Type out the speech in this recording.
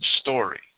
story